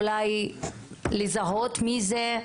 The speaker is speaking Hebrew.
אולי לזהות מי זה?